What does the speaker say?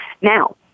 Now